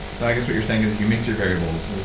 so i guess what you're saying is you mix your variables,